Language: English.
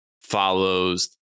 follows